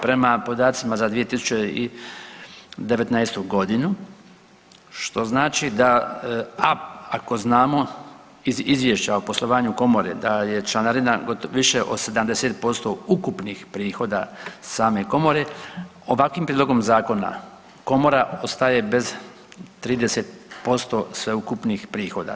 Prema podacima za 2019. g., što znači da, ako znamo iz Izvješća o poslovanju komore, da je članarina više od 70% ukupnih prihoda same Komore, ovakvim prijedlogom Zakona Komora ostaje bez 30% sveukupnih prihoda.